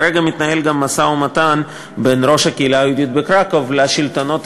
כרגע מתנהל גם משא-ומתן בין ראש הקהילה היהודית בקרקוב לשלטונות